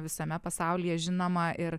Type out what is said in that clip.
visame pasaulyje žinoma ir